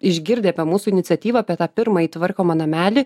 išgirdę apie mūsų iniciatyvą apie tą pirmąjį tvarkomą namelį